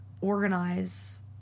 organize